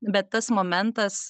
bet tas momentas